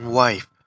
wife